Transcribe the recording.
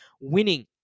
winning